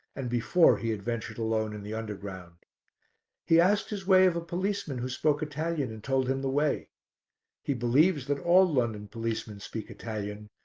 and before he had ventured alone in the underground he asked his way of a policeman who spoke italian and told him the way he believes that all london policemen speak italian,